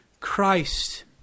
Christ